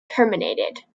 terminated